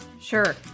Sure